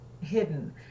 hidden